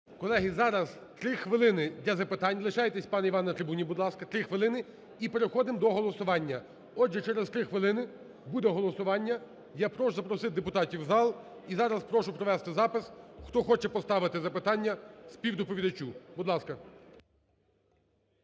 Колеги, зараз 3 хвилини для запитань. Лишайтесь, пане Іване, на трибуні, будь ласка. 3 хвилини, і переходимо до голосування. Отже, через 3 хвилини буде голосування. Я прошу запросити депутатів в зал. І зараз прошу провести запис, хто хоче поставити запитання співдоповідачу. Будь ласка.